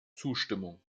zustimmung